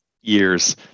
years